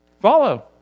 follow